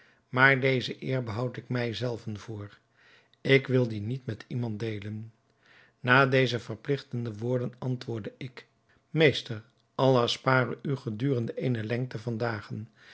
maar deze eer behoud ik mij zelven voor ik wil die met niemand deelen na deze verpligtende woorden antwoordde ik meester allah spare u gedurende eene lengte van dagen